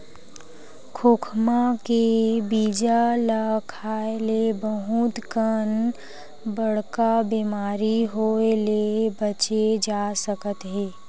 खोखमा के बीजा ल खाए ले बहुत कन बड़का बेमारी होए ले बाचे जा सकत हे